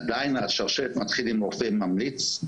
עדיין השרשרת מתחיל עם רופא ממליץ,